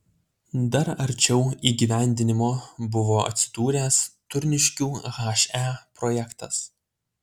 dar arčiau įgyvendinimo buvo atsidūręs turniškių he projektas